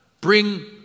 bring